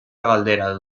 galdera